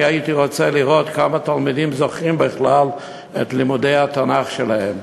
אני הייתי רוצה לראות כמה תלמידים זוכרים בכלל את לימודי התנ"ך שלהם.